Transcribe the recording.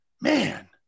Man